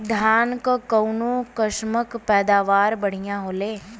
धान क कऊन कसमक पैदावार बढ़िया होले?